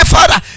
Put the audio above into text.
Father